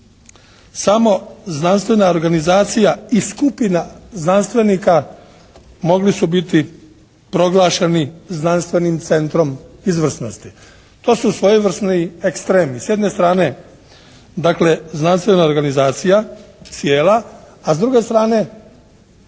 samo znanstvena organizacija i skupina znanstvenika mogli su biti proglašeni znanstvenim centrom izvrsnosti. To su svojevrsni ekstremi. S jedne strane dakle znanstvena organizacija cijela, a s druge strane